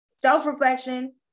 self-reflection